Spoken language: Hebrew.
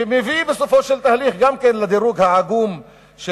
ובסופו של תהליך גם מביא לדירוג העגום של